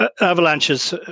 avalanches